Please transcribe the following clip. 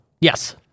Yes